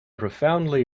profoundly